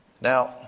Now